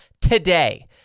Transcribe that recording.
today